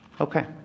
Okay